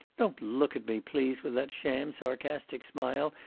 don't look at me, please, with that sham sarcastic smile,